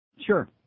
Sure